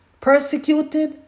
Persecuted